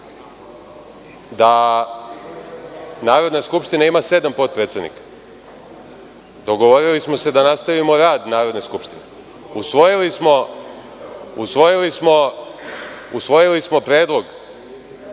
da Narodna skupština ima sedam potpredsednika, dogovorili smo se da nastavimo rad Narodne skupštine, usvojili smo predlog